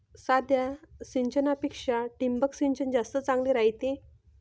साध्या सिंचनापेक्षा ठिबक सिंचन जास्त चांगले रायते